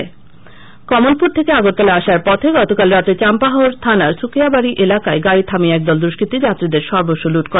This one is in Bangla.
চ্ছিনতাই কমলপুর থেকে আগরতলা আসার পথে গতকাল রাতে চাম্পাহাওড় থানার সুকিয়াবাড়ি এলাকায় গাড়ী থামিয়ে একদল দুষ্কৃতি যাত্রীদের সর্বস্ব লুঠ করে